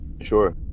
Sure